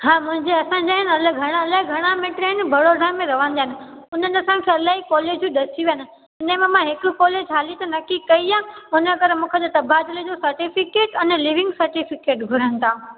हा मुंहिंजे असां जा आहे न अलॻि घणा इलाही घणा मिट आहिनि बड़ोदा में रहंदा आहिनि उन्हनि असां वटि इलाही कॉलेज ॾसी विया आहिनि हिन में मां हिक कॉलेज हाली त नकी कई आहे इनकरे मूंखे त तबादिले जो सर्टिफ़िकेट अने लीविंग सर्टिफ़िकेट घुरनि था